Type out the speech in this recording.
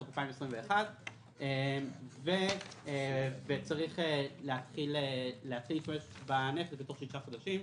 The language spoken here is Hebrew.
בתוך 2021. וצריך להתחיל להשתמש בנכס בתוך שישה חודשים.